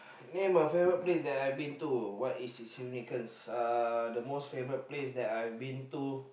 name a favourite place that I been to what is its significance uh the most favourite place that I've been to